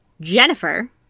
Jennifer